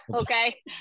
Okay